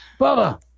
Bubba